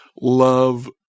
love